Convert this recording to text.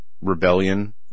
rebellion